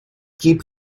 keep